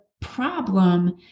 problem